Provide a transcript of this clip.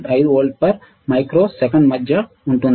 5 వోల్ట్ల per microsecond మధ్య ఉంటుంది